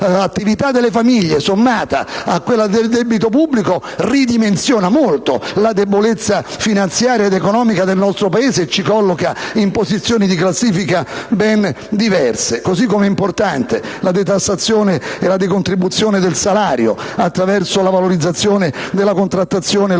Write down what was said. l'attività delle famiglie sommata a quella del debito pubblico ridimensiona molto la debolezza finanziaria ed economica del nostro Paese e ci colloca in posizioni di classifica ben diverse. E' importante la detassazione e la decontribuzione del salario attraverso la valorizzazione della contrattazione locale.